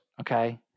okay